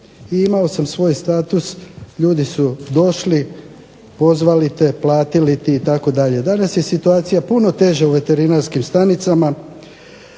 imao svoj status. Ljudi su došli, pozvali te, platili ti itd. Danas je situacija puno teža u veterinarskim stanicama,